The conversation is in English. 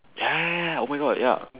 ya ya ya oh my god ya